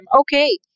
Okay